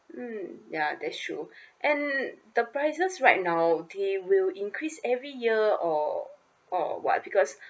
mm ya that's true and the prices right now they will increase every year or or what because